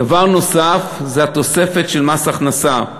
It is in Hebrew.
דבר נוסף זה התוספת של מס הכנסה.